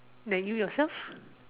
then you yourself